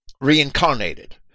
reincarnated